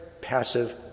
passive